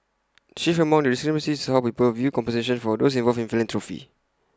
chief among the discrepancies is how people view compensation for those involved in philanthropy